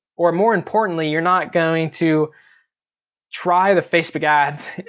or more importantly you're not going to try the facebook ads.